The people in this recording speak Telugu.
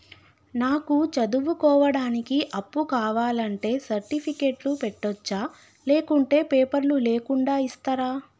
నాకు చదువుకోవడానికి అప్పు కావాలంటే సర్టిఫికెట్లు పెట్టొచ్చా లేకుంటే పేపర్లు లేకుండా ఇస్తరా?